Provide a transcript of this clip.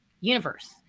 universe